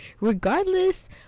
regardless